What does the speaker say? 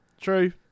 true